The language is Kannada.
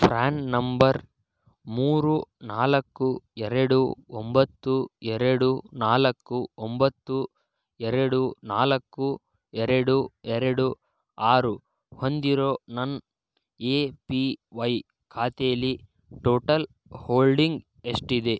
ಪ್ರ್ಯಾನ್ ನಂಬರ್ ಮೂರು ನಾಲ್ಕು ಎರಡು ಒಂಬತ್ತು ಎರಡು ನಾಲ್ಕು ಒಂಬತ್ತು ಎರಡು ನಾಲ್ಕು ಎರಡು ಎರಡು ಆರು ಹೊಂದಿರೋ ನನ್ನ ಎ ಪಿ ವೈ ಖಾತೆಲಿ ಟೋಟಲ್ ಹೋಲ್ಡಿಂಗ್ ಎಷ್ಟಿದೆ